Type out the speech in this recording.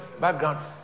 background